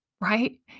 Right